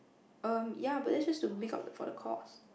um ya but that's just to make up for the cost